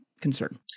concern